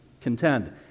contend